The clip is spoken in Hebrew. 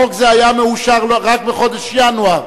חוק זה היה מאושר רק בחודש ינואר,